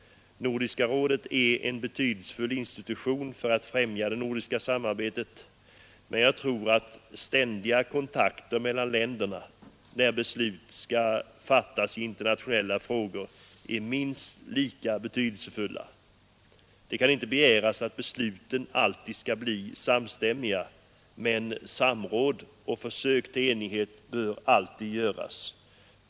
Nordiska rådet är en betydelsefull institution för att främja det nordiska samarbetet, men jag tror att ständiga kontakter mellan länderna när beslut skall fattas i internationella frågor är minst lika betydelsefulla. Det kan inte begäras att besluten alltid skall bli samstämmiga, men samråd och försök till enighet bör alltid förekomma.